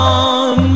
on